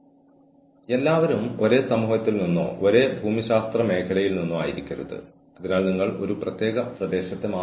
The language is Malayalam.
കീഴുദ്യോഗസ്ഥന്റെ തൊഴിൽ ജീവിതത്തിന്മേൽ കീഴുദ്യോഗസ്ഥന്റെ കരിയറിന്മേൽ അധികാരമുള്ള മേലധികാരിയായി അതിനെ തെറ്റിദ്ധരിക്കാവുന്നതാണ്